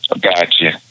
Gotcha